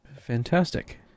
Fantastic